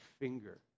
finger